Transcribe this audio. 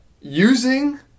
Using